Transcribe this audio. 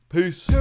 Peace